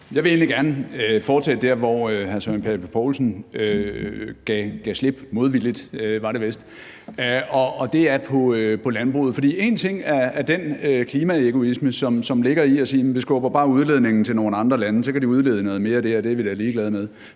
Jeg vil egentlig gerne fortsætte der, hvor hr. Søren Pape Poulsen gav slip, modvilligt var det vist. Det er i forhold til landbruget. For en ting er den klimaegoisme, som ligger i at sige, at vi skubber bare udledningen til nogle andre lande, og så kan de udlede noget mere der, og det er vi da ligeglade med